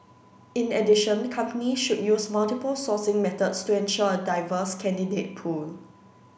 in addition companies should use multiple sourcing methods to ensure a diverse candidate pool